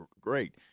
Great